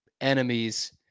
enemies